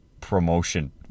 promotion